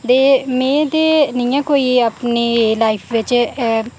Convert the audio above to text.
ते में ते निं ऐ कोई अपनी लाईफ बिच